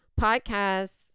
podcasts